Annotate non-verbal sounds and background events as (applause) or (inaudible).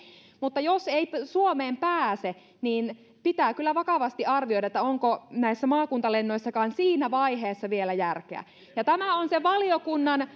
mutta jos ei suomeen pääse niin pitää kyllä vakavasti arvioida onko näissä maakuntalennoissakaan siinä vaiheessa vielä järkeä ja tämä on se valiokunnan (unintelligible)